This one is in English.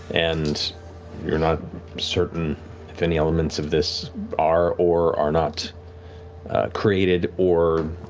and you're not certain if any elements of this are, or are not created or